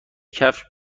کفش